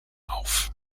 auf